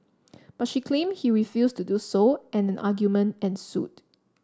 but she claimed he refused to do so and an argument ensued